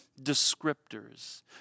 descriptors